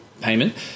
payment